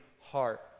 heart